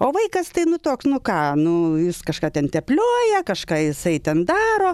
o vaikas tai nu toks nu ką nu jis kažką ten teplioja kažką jisai ten daro